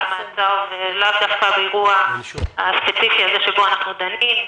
מעצר ולאו דווקא באירוע הספציפי הזה שבו אנחנו דנים.